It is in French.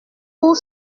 pour